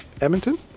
Edmonton